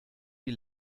die